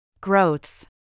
Growths